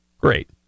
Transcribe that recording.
Great